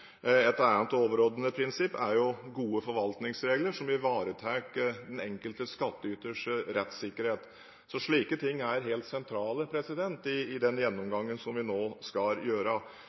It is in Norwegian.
Et annet overordnet prinsipp er gode forvaltningsregler som ivaretar den enkelte skattyters rettssikkerhet. Slike ting er helt sentrale i den gjennomgangen som vi nå skal gjøre.